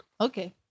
Okay